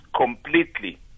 completely